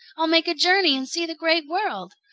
i'll make a journey and see the great world.